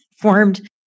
formed